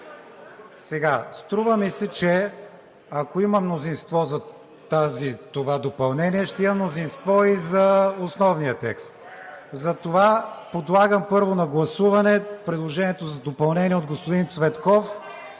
Струва ми се, че ако има мнозинство за това допълнение, ще има мнозинство и за основния текст. Затова подлагам първо на гласуване предложението за допълнение от господин Цветков.